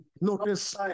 Notice